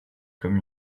comme